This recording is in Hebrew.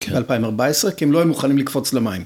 ב-2014, כי הם לא היו מוכנים לקפוץ למים.